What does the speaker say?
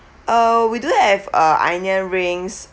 uh we do have uh onion rings